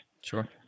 Sure